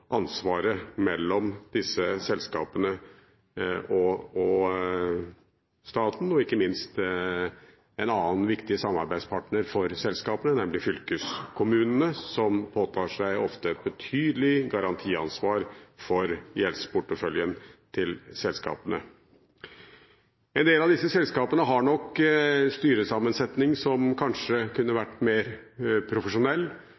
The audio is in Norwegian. ansvaret mellom disse selskapene og staten og ikke minst en annen viktig samarbeidspartner for selskapet, nemlig fylkeskommunene, som ofte påtar seg et betydelig garantiansvar for gjeldsporteføljen til selskapene. En del av disse selskapene har nok en styresammensetning som kanskje kunne vært mer profesjonell,